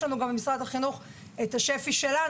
יש לנו גם במשרד החינוך שפ"י שלנו.